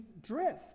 drift